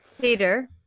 Peter